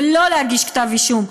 ולא להגיש כתב אישום,